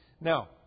Now